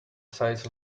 size